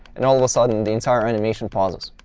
and all of sudden, the entire animation pauses,